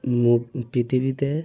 মুগ পিথিবীতে